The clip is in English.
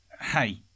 hey